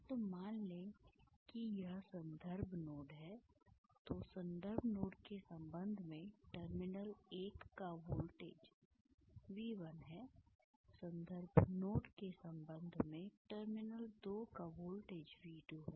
तो मान लें कि यह संदर्भ नोड है तो संदर्भ नोड के संबंध में टर्मिनल 1 का वोल्टेज V1 है संदर्भ नोड के संबंध में टर्मिनल 2 का वोल्टेज V2 है